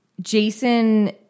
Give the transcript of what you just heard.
Jason